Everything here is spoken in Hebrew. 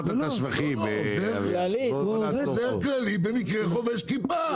עוזר כללי במקרה חובש כיפה.